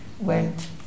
went